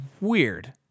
weird